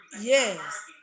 yes